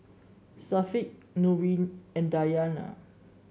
Syafiq Nurin and Dayana